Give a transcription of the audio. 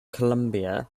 columbia